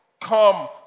come